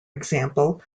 example